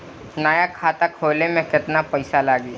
नया खाता खोले मे केतना पईसा लागि?